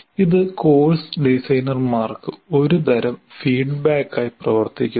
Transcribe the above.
ഇത് കോഴ്സ് ഡിസൈനർമാർക്ക് ഒരുതരം ഫീഡ്ബാക്കായി പ്രവർത്തിക്കുന്നു